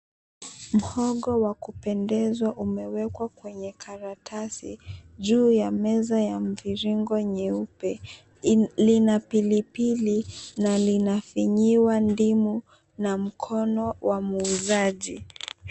Mhogo wa kupendeza umewekwa kwenye karatasi juu ya meza ya mviringo nyeupe, lina pilipili na linafinyiwa ndimu na mkono wa muuzaji.